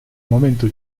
momento